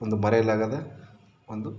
ಒಂದು ಮರೆಯಲಾಗದ ಒಂದು